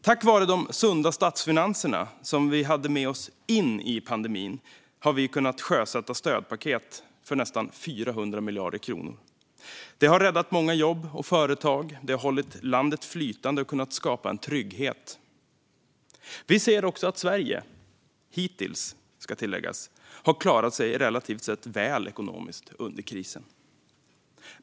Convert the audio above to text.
Tack vare de sunda statsfinanser som vi hade med oss in i pandemin har vi kunnat sjösätta stödpaket på nästan 400 miljarder kronor. Det har räddat många jobb och företag, hållit landet flytande och skapat trygghet. Vi ser också att Sverige - hittills, ska tilläggas - har klarat sig relativt väl ekonomiskt under krisen.